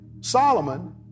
Solomon